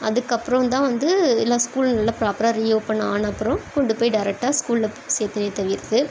அதுக்கப்புறந்தான் வந்து எல்லா ஸ்கூல் நல்ல ப்ராப்பராக ரீ ஓப்பன் ஆன அப்புறம் கொண்டு போய் டேரெக்டா ஸ்கூலில் போய் சேர்த்தனே தவிர்த்து